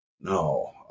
no